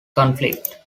conflict